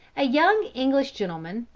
a young english gentleman,